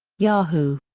yahoo!